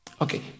Okay